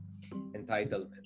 entitlement